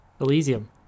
Elysium